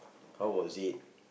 how was it